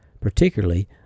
particularly